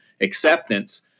acceptance